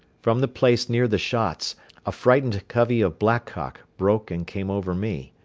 from the place near the shots a frightened covey of blackcock broke and came over me.